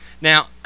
Now